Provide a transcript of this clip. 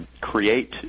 create